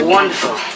Wonderful